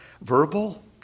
verbal